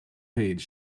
page